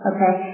Okay